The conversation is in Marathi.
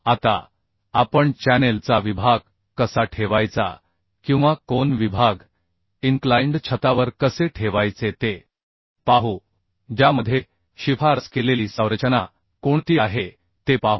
आता आपण चॅनेल चा विभाग कसा ठेवायचा किंवा कोन विभाग इन्क्लाइन्ड छतावर कसे ठेवायचे ते पाहू ज्यामध्ये शिफारस केलेली संरचना कोणती आहे ते पाहू